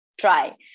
try